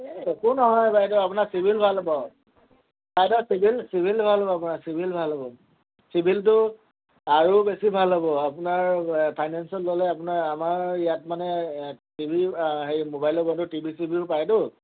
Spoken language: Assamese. এই একো নহয় বাইদেউ আপোনাৰ চিভিল ভাল হ'ব বাইদউ চিভিল চিভিল ভাল হ'ব আপোনাৰ চিভিল ভাল হ'ব চিভিলটো আৰু বেছি ভাল হ'ব আপোনাৰ ফাইনেন্সিয়েল ল'লে আপোনাৰ আমাৰ ইয়াত মানে টিভি হে মোবাইলৰ টিভি চিভিও পায়তো